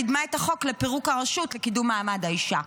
קידמה את החוק לפירוק הרשות לקידום מעמד האישה.